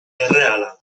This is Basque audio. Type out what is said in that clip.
erreala